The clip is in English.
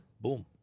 Boom